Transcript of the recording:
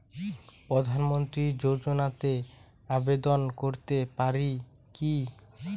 প্রধানমন্ত্রী যোজনাতে আবেদন করতে পারি কি?